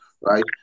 right